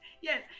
Yes